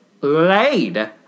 laid